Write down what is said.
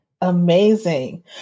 amazing